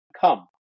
come